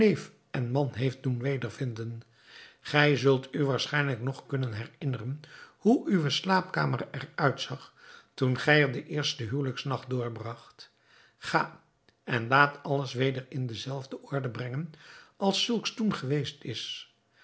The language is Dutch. en man heeft doen wedervinden gij zult u waarschijnlijk nog kunnen herinneren hoe uwe slaapkamer er uitzag toen gij er den eersten huwelijksnacht doorbragt ga en laat alles weder in de zelfde orde brengen als zulks toen geweest is